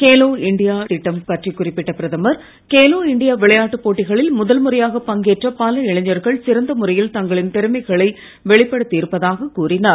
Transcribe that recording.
Khelo India திட்டம் பற்றிக் குறிப்பிட்ட பிரதமர் கேலோ இண்டியா விளையாட்டுப் போட்டிகளில் முதல்முறையாகப் பங்கேற்ற பல இளைஞர்கள் சிறந்த முறையில் தங்களின் திறமைகளை வெளிப்படுத்தி இருப்பதாகக் கூறினார்